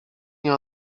nie